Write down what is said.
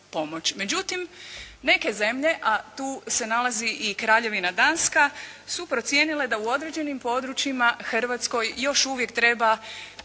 Međutim, neke zemlje, a tu se nalazi i Kraljevina Danska su procijenile da u određenim područjima Hrvatskoj još uvijek treba